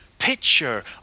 picture